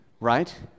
right